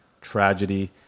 tragedy